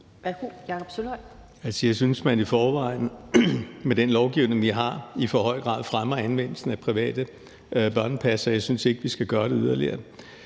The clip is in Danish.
Jeg synes, at man i forvejen med den lovgivning, vi har, i for høj grad fremmer anvendelsen af private børnepassere. Jeg synes ikke, vi skal gøre det yderligere.